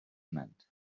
meant